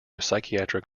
psychiatric